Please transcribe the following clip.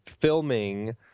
filming